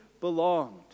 belonged